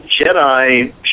Jedi